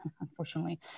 unfortunately